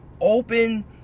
open